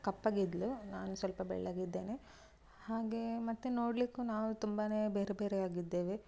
ಕಪ್ಪಗೆ ಇದ್ಲು ನಾನು ಸ್ವಲ್ಪ ಬೆಳ್ಳಗೆ ಇದ್ದೇನೆ ಹಾಗೆ ಮತ್ತು ನೋಡಲಿಕ್ಕು ನಾವು ತುಂಬಾ ಬೇರೆಬೇರೆಯಾಗಿದ್ದೇವೆ